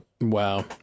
Wow